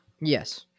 Yes